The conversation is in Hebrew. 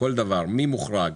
מי מוחרג,